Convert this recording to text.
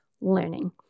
learning